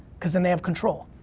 cause then, they have control.